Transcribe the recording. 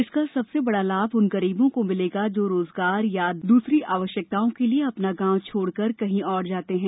इसका सबसे बड़ा लाभ उन गरीबों को मिलेगा जो रोजगार अथवा दूसरी आवश्यकताओं के लिए अपना गांव छोड़कर कहीं और जाते हैं